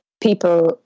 people